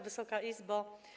Wysoka Izbo!